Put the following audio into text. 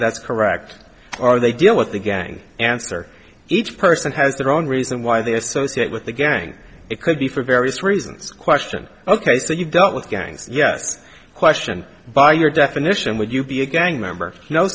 that's correct are they deal with the gang answer each person has their own reason why they associate with the gang it could be for various reasons question ok so you dealt with gangs yes question by your definition would you be a gang member kno